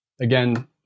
Again